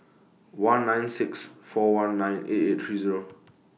one nine six four one nine eight eight three Zero